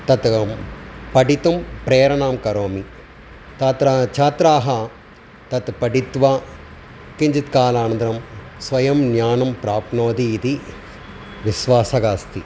तत् पठितुं प्रेरणां करोमि तत्र छात्राः तत् पठित्वा किञ्चित् कालानन्तरं स्वयं ज्ञानं प्राप्नोति इति विश्वासः अस्ति